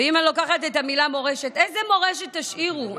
ואם אני לוקחת את המילה מורשת, איזו מורשת תשאירו?